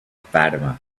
fatima